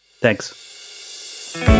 Thanks